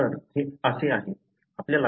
तर हे असे आहे